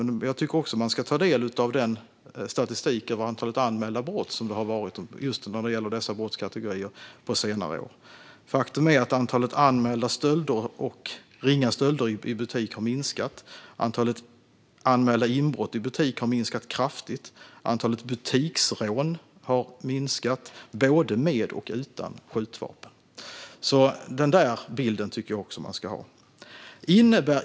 Men jag tycker också att man ska ta del av den statistik över antalet anmälda brott som vi har sett just när det gäller dessa brottskategorier på senare år. Faktum är att antalet anmälda stölder när det gäller ringa stölder i butik har minskat. Antalet anmälda inbrott i butik har minskat kraftigt. Antalet butiksrån både med och utan skjutvapen har minskat. Jag tycker att man ska ha den bilden också.